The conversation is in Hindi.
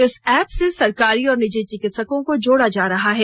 इस एप्प से सरकारी और निजी चिकित्सकों को जोड़ा जा रहा है